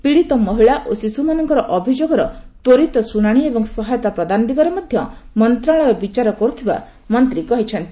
ପୀଡ଼ିତ ମହିଳା ଓ ଶିଶୁମାନଙ୍କର ଅଭିଯୋଗର ତ୍ୱରିତ ଶୁଣାଣି ଏବଂ ସହାୟତା ପ୍ରଦାନ ଦିଗରେ ମଧ୍ୟ ମନ୍ତ୍ରଣାଳୟ ବିଚାର କରୁଥିବା ମନ୍ତ୍ରୀ କହିଚ୍ଛନ୍ତି